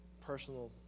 personal